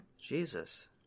Jesus